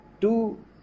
two